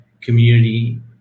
community